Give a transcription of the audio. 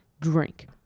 Drink